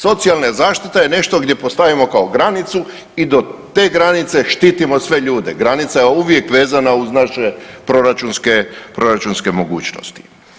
Socijalna zaštita je nešto gdje postavimo kao granicu i do te granice štitimo sve ljude, granica je uvijek vezana uz naše proračunske mogućnosti.